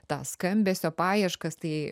tą skambesio paieškas tai